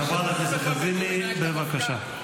חברת הכנסת לזימי, בבקשה.